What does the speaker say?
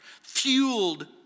fueled